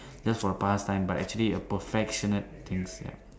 just for past time but actually a perfectionate things ya